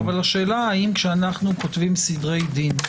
אבל השאלה היא האם כשאנחנו כותבים סדרי דין,